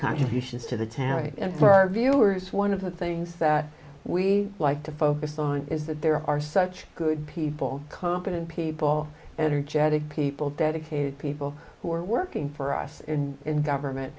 contributions to the town for our viewers one of the things that we like to focus on is that there are such good people competent people energetic people dedicated people who are working for us and in government